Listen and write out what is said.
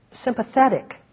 sympathetic